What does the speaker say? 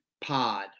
Pod